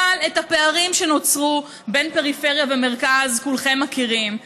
אבל את הפערים שנוצרו בין פריפריה למרכז כולכם מכירים,